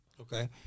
Okay